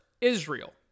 Israel